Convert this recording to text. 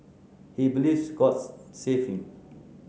he believes God saved him